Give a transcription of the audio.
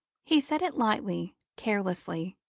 he said it lightly, carelessly,